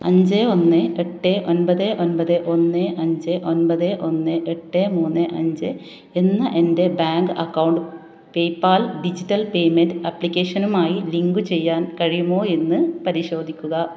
അഞ്ച് ഒന്ന് എട്ട് ഒൻപത് ഒൻപത് ഒന്ന് അഞ്ച് ഒൻപത് ഒന്ന് എട്ട് മൂന്ന് അഞ്ച് എന്ന എൻ്റെ bank account PayPal digital payment ആപ്ലിക്കേഷനുമായി ലിങ്കു ചെയ്യാൻ കഴിയുമോ എന്ന് പരിശോധിക്കുക